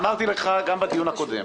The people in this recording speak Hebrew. אמרתי לך גם בדיון הקודם